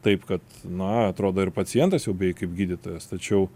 taip kad na atrodo ir pacientas jau beveik kaip gydytojas tačiau